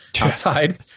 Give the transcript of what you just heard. outside